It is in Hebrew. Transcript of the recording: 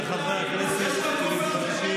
אפילו בסיעה שלך לא רוצים אותך.